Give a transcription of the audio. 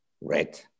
red